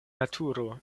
naturo